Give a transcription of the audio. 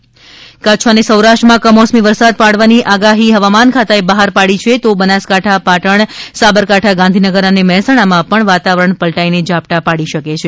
કમોસમી વરસાદ કચ્છ અને સૌરાષ્ટ્રમાં કમોસમી વરસાદ પાડવાની આગાહી હવામાન ખાતાએ બહાર પાડી છે તો બનાસકાંઠા પાટણ સાબરકાંઠા ગાંધીનગર અને મહેસાણામાં પણ વાતાવરણ પલટાઈ ને ઝાપટાં પાડી શકે છે